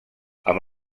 amb